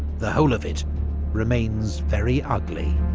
the whole of it remains very ugly.